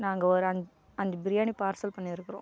நாங்கள் ஒரு அஞ்சு அஞ்சு பிரியாணி பார்சல் பண்ணிருக்கிறோம்